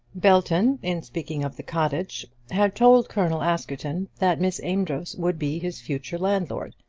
belton, in speaking of the cottage, had told colonel askerton that miss amedroz would be his future landlord,